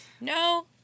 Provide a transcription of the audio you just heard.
No